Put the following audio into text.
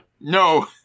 No